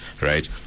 right